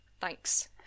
Thanks